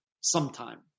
sometime